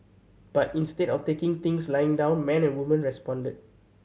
but instead of taking things lying down men and woman responded